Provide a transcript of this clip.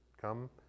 come